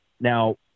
Now